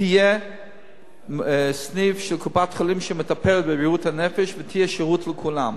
יהיה סניף של קופת-חולים שמטפל בבריאות הנפש ויהיה שירות לכולם.